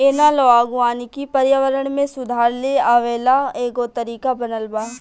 analogue वानिकी पर्यावरण में सुधार लेआवे ला एगो तरीका बनल बा